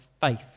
faith